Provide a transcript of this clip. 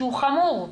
שהוא חמור.